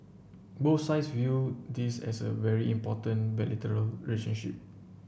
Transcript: both sides view this as a very important bilateral relationship